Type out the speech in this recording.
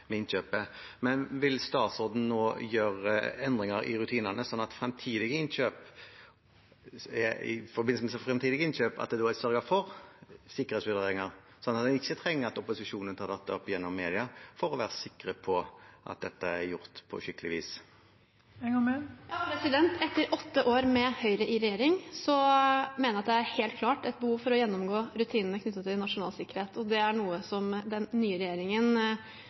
Vil statsråden nå gjøre endringer i rutinene sånn at det i forbindelse med framtidige innkjøp er sørget for sikkerhetsvurderinger, slik at en ikke trenger at opposisjonen tar dette opp gjennom mediene for å være sikker på at det er gjort på skikkelig vis? Etter åtte år med Høyre i regjering mener jeg det helt klart er behov for å gjennomgå rutinene knyttet til nasjonal sikkerhet, og det er noe den nye regjeringen